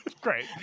great